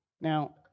Now